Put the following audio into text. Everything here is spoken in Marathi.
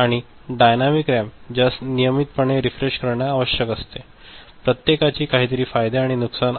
आणि डायनॅमिक रॅम ज्यास नियमितपणे रीफ्रेश करणे आवश्यक असते प्रत्येकाची काहीतरी फायदे आणि नुकसान आहेत